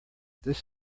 this